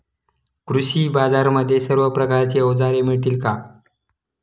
कृषी बाजारांमध्ये सर्व प्रकारची अवजारे मिळतील का?